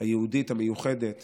היהודית המיוחדת